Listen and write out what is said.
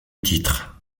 titre